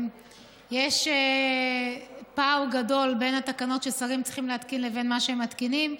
יש פער גדול בין התקנות ששרים צריכים להתקין לבין מה שהם מתקינים.